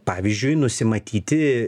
pavyzdžiui nusimatyti